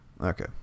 Okay